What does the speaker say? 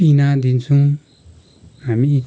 पिना दिन्छौँ हामी